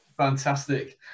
Fantastic